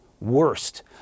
worst